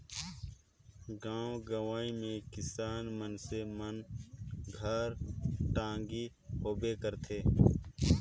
गाँव गंवई मे किसान मइनसे मन घर टागी होबे करथे